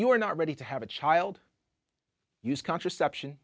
you are not ready to have a child use contraception